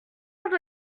heure